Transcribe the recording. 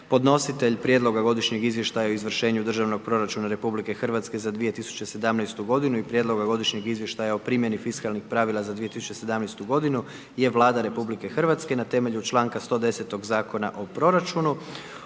Podnositelj Prijedloga godišnjeg izvještaja o izvršenju državnog proračuna RH za 2017. g. i prijedlog godišnjeg izvještaja o primjeni fiskalnih pravila za 2017. je Vlada Republike Hrvatske na temelju čl. 110. Zakona o proračunu.